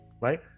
right